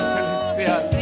Celestial